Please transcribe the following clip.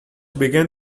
began